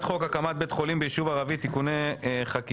חוק הקמת בית חולים ביישוב ערבי (תיקוני חקיקה),